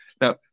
Now